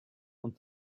und